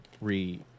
re